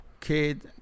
kid